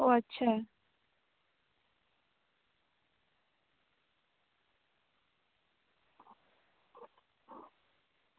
ᱚ ᱟᱪᱪᱷᱟ